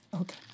Okay